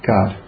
God